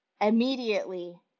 immediately